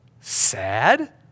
Sad